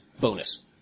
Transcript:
bonus